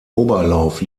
oberlauf